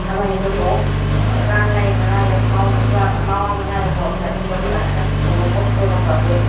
खामानिफोरखौ रानलायोमोन आरो मावनो होयामोन मावामोन आरो हौवाफोरा हिन्जावनो गासिबखौबो खस्थजोंबाबो